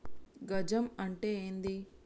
గజం అంటే ఏంది?